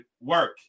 work